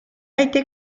été